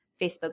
Facebook